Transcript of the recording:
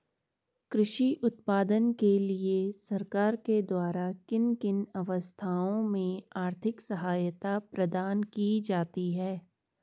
कृषि उत्पादन के लिए सरकार के द्वारा किन किन अवस्थाओं में आर्थिक सहायता प्रदान की जाती है?